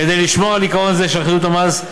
כדי לשמור על עיקרון זה של אחידות המס,